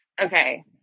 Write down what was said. okay